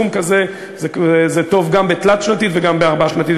סכום כזה זה טוב גם בתלת-שנתית וגם בארבע-שנתית.